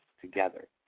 together